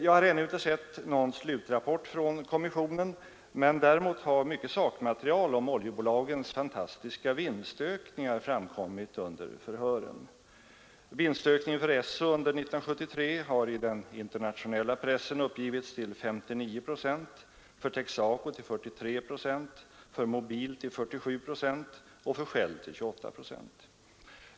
Jag har ännu inte sett någon slutrapport från kommissionen, men däremot har mycket sakmaterial om oljebolagens vinstökningar framkommit under förhören. Vinstökningen för Esso under 1973 har i den internationella pressen uppgivits till 59 procent, för Texaco till 45 procent, för Mobil till 47 procent och för Shell till 28 procent.